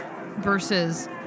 versus